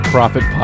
Profit